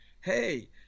hey